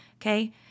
Okay